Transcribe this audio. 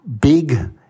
big